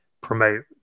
promote